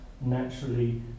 naturally